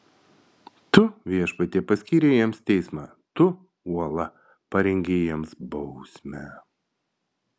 tu viešpatie paskyrei jiems teismą tu uola parengei jiems bausmę